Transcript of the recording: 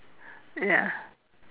ya